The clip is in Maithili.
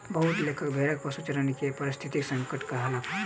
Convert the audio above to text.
बहुत लेखक भेड़क पशुचारण के पारिस्थितिक संकट कहलक